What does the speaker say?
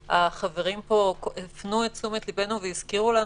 החברים פה הפנו את תשומת לבנו והזכירו לנו